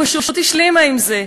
פשוט השלימה עם זה.